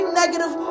negative